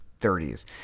30s